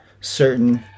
certain